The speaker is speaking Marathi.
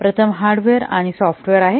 प्रथम हार्डवेअर आणि सॉफ्टवेअर आहे